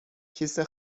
کیسه